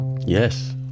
Yes